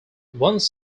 once